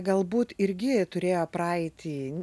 galbūt irgi turėjo praeitį